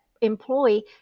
employee